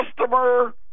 customer